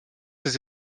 ses